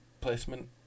placement